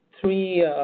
three